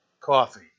coffee